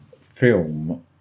film